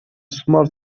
small